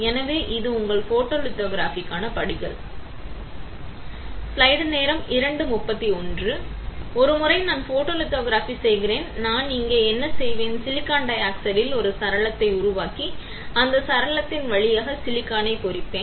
எனவே இது உங்கள் போட்டோலித்தோகிராஃபிக்கான படிகள் எனவே ஒருமுறை நான் ஃபோட்டோலித்தோகிராபி செய்கிறேன் நான் இங்கே என்ன செய்வேன் சிலிக்கான் டை ஆக்சைடில் ஒரு சாளரத்தை உருவாக்கி அந்த சாளரத்தின் வழியாக சிலிக்கானை பொறிப்பேன்